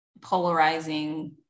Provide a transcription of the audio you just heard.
polarizing